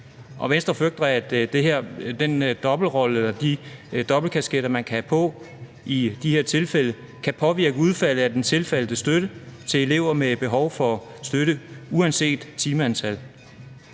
eller de dobbeltkasketter, man kan have på i de her tilfælde, kan påvirke udfaldet af den tilfaldne støtte til elever med behov for støtte uanset timeantal.